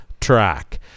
track